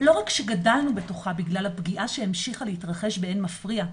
לא רק שגדלנו בתוכה בגלל הפגיעה שהמשיכה להתרחש באין מפריע,